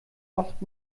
oft